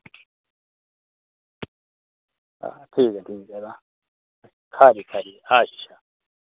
ठीक ऐ तां खरी अच्छा